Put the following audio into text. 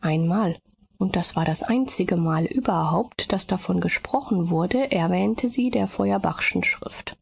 einmal und das war das einzige mal überhaupt daß davon gesprochen wurde erwähnte sie der feuerbachschen schrift